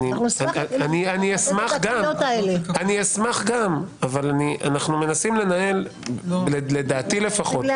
אני אשמח אבל אנחנו מנסים לנהל לדעתי לפחות דיון.